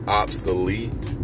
obsolete